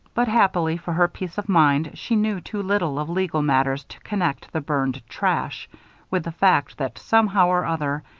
but, happily for her peace of mind, she knew too little of legal matters to connect the burned trash with the fact that, somehow or other,